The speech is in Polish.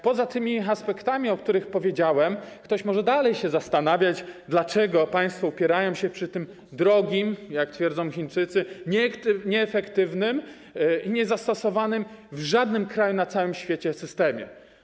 Poza tymi aspektami, o których powiedziałem, ktoś może zastanawiać się, dlaczego państwo upierają się przy tym drogim, jak twierdzą Chińczycy, nieefektywnym i niezastosowanym w żadnym kraju na całym świecie systemie.